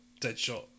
Deadshot